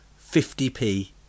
50p